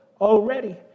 already